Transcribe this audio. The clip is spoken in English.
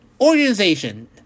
organization